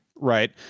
right